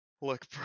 Look